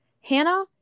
Hannah